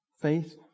Faith